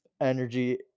energy